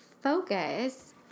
focus